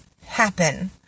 happen